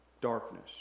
darkness